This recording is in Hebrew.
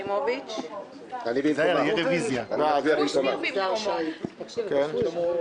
מיקי חיימוביץ, במקומה יזהר שי - בעד.